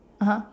(uh huh)